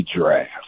draft